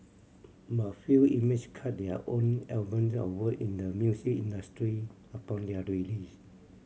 but few inmates cut their own albums or work in the music industry upon their release